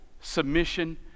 submission